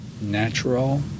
natural